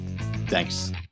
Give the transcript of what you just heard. Thanks